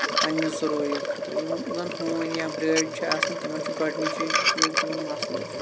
پَنٕنہِ ضروٗریت خٲطرٕ یِم زَن ہوٗنۍ یا بیٲرۍ چھِ آسان تِمن چھُ گۄڈٕنِچہِ چیٖز تِمن مَسلہٕ